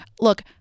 Look